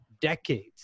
decades